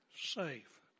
safe